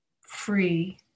free